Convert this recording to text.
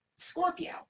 Scorpio